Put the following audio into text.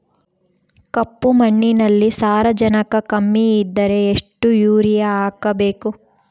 ಕಪ್ಪು ಮಣ್ಣಿನಲ್ಲಿ ಸಾರಜನಕ ಕಮ್ಮಿ ಇದ್ದರೆ ಎಷ್ಟು ಯೂರಿಯಾ ಹಾಕಬೇಕು?